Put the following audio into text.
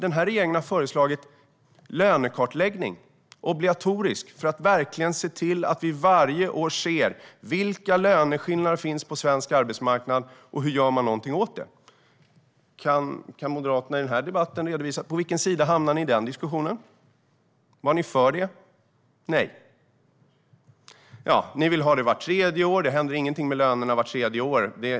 Den här regeringen har föreslagit obligatorisk lönekartläggning för att verkligen se till att vi varje år ser vilka löneskillnader som finns på svensk arbetsmarknad och hur man gör någonting åt dem. Kan Moderaterna i den här debatten redovisa på vilken sida ni hamnar i den diskussionen? Var ni för det? Nej. Ni vill ha det vart tredje år. Det händer ingenting med lönerna på ett år, menar man.